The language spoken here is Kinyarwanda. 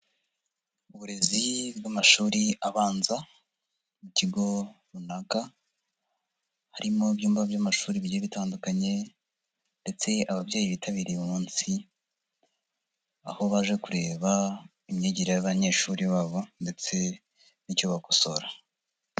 Uburezi bw'amashuri abanza, ikigo runaka, harimo ibyumba by'amashuri bigiye bitandukanye ndetse ababyeyi bitabiriye uyu umunsi, aho baje kureba imyigire y'abanyeshuri babo ndetse n'icyo bakosora.